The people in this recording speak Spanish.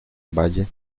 valle